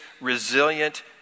resilient